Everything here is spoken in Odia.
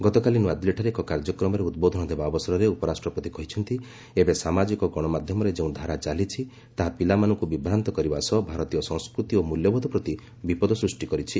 ଗତକାଲି ନୁଆଦିଲ୍ଲୀଠାରେ ଏକ କାର୍ଯ୍ୟକ୍ରମରେ ଉଦ୍ବୋଦନ ଦେବା ଅବସରରେ ଉପରାଷ୍ଟ୍ରପତି କହିଛନ୍ତି ଯେ ଏବେ ସାମାଜିକ ଗଣମାଧ୍ୟମରେ ଯେଉଁ ଧାରା ଚାଲିଛି ତାହା ପିଲାମାନଙ୍କୁ ବିଭ୍ରାନ୍ତ କରିବା ସହ ଭାରତୀୟ ସଂସ୍କୃତି ଓ ମୂଲ୍ୟବୋଧ ପ୍ରତି ବିପଦ ସୃଷ୍ଟି କରିଛି